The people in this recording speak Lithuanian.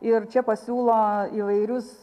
ir čia pasiūlo įvairius